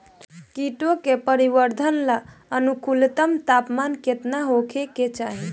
कीटो के परिवरर्धन ला अनुकूलतम तापमान केतना होए के चाही?